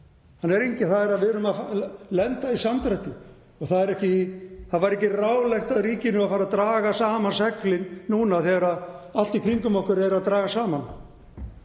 hann er enginn. Við erum að lenda í samdrætti. Það væri ekki ráðlegt af ríkinu að fara að draga saman seglin núna þegar allt í kringum okkur er að dragast saman.